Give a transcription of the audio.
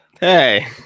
Hey